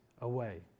away